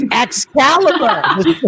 Excalibur